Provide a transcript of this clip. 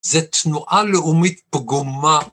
זה תנועה לאומית פגומה